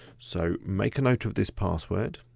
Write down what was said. so make a note of this password.